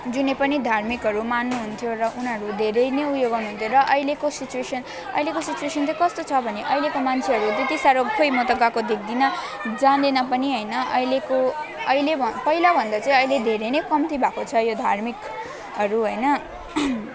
जुनै पनि धार्मिकहरू मान्नुहुन्थ्यो र उनीहरू धेरै नै उयो गर्नुहुन्थ्यो र अहिलेको सिचुएसन अहिलेको सिचुएसन चाहिँ कस्तो छ भने अहिलेको मान्छेहरू त्यति साह्रो खोई म त गएको देख्दिनँ जाँदैन पनि होइन अहिलेको अहिले भयो पहिलाभन्दा चाहिँ अहिले धेरै नै कम्ती भएको छ यो धार्मिकहरू होइन